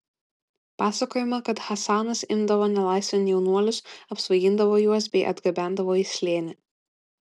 pasakojama kad hasanas imdavo nelaisvėn jaunuolius apsvaigindavo juos bei atgabendavo į slėnį